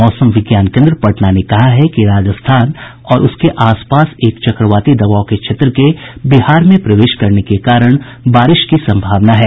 मौसम विज्ञान केन्द्र पटना ने कहा है कि राजस्थान और उसके आस पास बने एक चक्रवाती दबाव के क्षेत्र के बिहार में प्रवेश करने के कारण बारिश की सम्भावना है